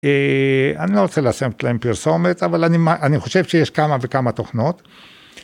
אני לא רוצה לעשות להם פרסומת, אבל אני חושב שיש כמה וכמה תוכנות.